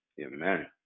amen